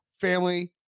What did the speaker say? family